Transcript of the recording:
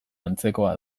antzekoa